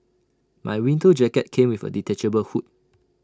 my winter jacket came with A detachable hood